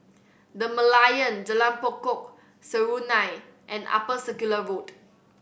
The Merlion Jalan Pokok Serunai and Upper Circular Road